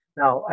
now